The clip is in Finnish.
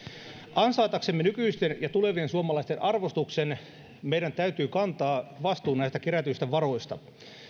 ansaitaksemme nykyisten ja tulevien suomalaisten arvostuksen meidän täytyy kantaa vastuu näistä kerätyistä varoista